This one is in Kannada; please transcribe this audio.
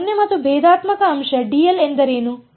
0 ಮತ್ತು ಭೇದಾತ್ಮಕ ಅಂಶ dl ಎಂದರೇನು